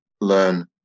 learn